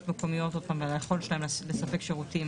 מקומיות והיכולת שלהן לספק שירותים,